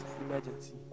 Emergency